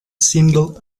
single